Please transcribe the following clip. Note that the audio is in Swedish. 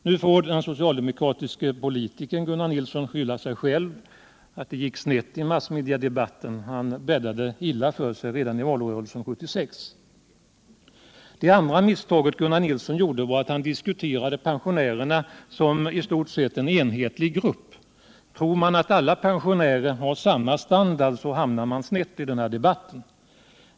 Nu får den socialdemokratiske politikern Gunnar Nilsson skylla sig själv att det gick snett i massmediadebatten. Han bäddade illa för sig redan i valrörelsen 1976. Det andra misstaget Gunnar Nilsson gjorde var att han diskuterade pensionärerna som en i stort sett enhetlig grupp. Tror man att alla pensionärer har samma standard, så hamnar man snett i debatten.